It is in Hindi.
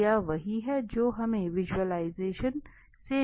तो यह वही है जो हमें विज़ुअलाइजेशन से भी देखना चाहिए